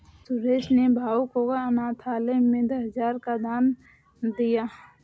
सुरेश ने भावुक होकर अनाथालय में दस हजार का दान दिया